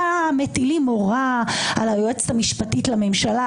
מטילים מורא על היועצת המשפטית לממשלה.